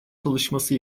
çalışması